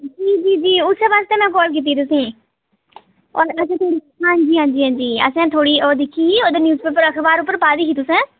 जी जी उस्सै बास्तै में कॉल कीती तुसेंगी हां जी हां जी असें थुहाड़ी ओह् दिक्खी ओह् न्यूज़ पेपर अखबार पर पाई दी ही तुसें